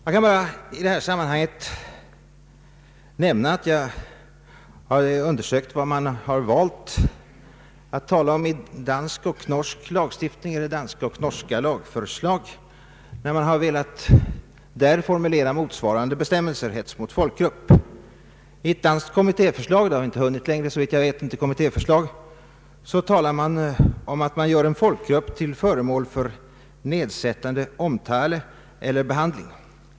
Jag kan i sammanhanget nämna att jag har undersökt vad man har valt att tala om i danska och norska lagförslag när man där har velat formulera motsvarande bestämmelser om hets mot folkgrupp. I det danska kommittéförslaget — talar man om att göra en folkgrupp till föremål för ”nedsettende omtale eller behandling”.